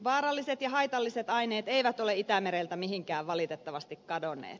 vaaralliset ja haitalliset aineet eivät ole itämereltä mihinkään valitettavasti kadonneet